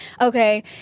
Okay